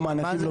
לא מענקים,